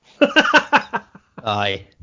Aye